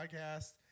podcast